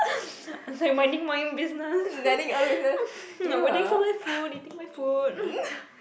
like minding my own business no waiting for my food eating my food